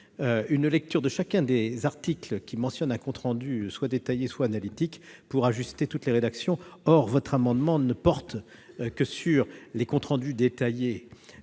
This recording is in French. reprendre chacun des articles mentionnant un compte rendu soit détaillé, soit analytique, pour ajuster toutes les rédactions. Or votre amendement porte sur les seuls comptes rendus détaillés